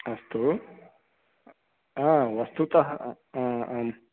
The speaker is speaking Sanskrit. अस्तु हा वस्तुतः आम्